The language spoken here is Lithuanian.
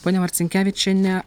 ponia marcinkevičiene